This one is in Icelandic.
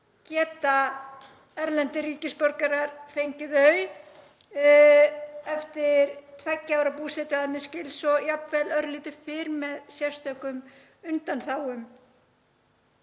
geta erlendir ríkisborgarar fengið þau eftir tveggja ára búsetu, að mér skilst, og jafnvel örlítið fyrr með sérstökum undanþágum.